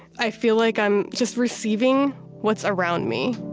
i feel like i'm just receiving what's around me